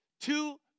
two